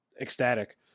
ecstatic